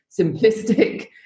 simplistic